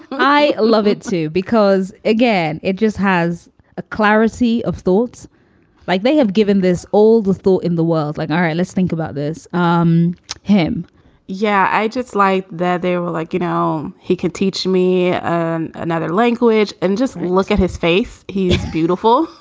i love it, too, because, again, it just has a clarity of thoughts like they have given this old thought in the world like all right. let's think about this. um him yeah, i just liked that. they were like, you know, he can teach me another language and just look at his face. he is beautiful.